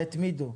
והתמידו.